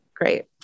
Great